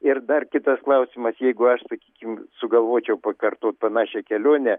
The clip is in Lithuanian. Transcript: ir dar kitas klausimas jeigu aš sakykim sugalvočiau pakartot panašią kelionę